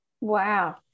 wow